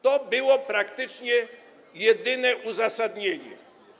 To było praktycznie jedyne uzasadnienie.